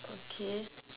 okay